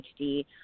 HD